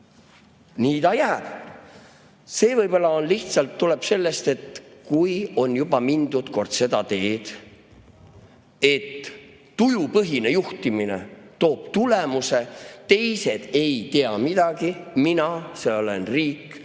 Nii ta jääb. See võib-olla lihtsalt tuleb sellest, et kui on juba mindud kord seda teed, et tujupõhine juhtimine toob tulemuse, teised ei tea midagi, mina olen riik,